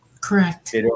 Correct